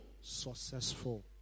successful